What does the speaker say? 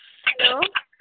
hello